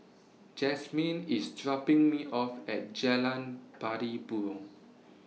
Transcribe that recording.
Jasmyn IS dropping Me off At Jalan Party Burong